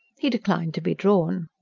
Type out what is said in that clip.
he declined to be drawn.